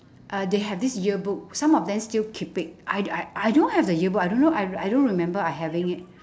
uh they have this yearbook some of them still keep it I d~ I don't have the yearbook I don't know I I don't remember I having it